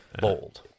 bold